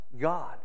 God